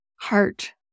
heart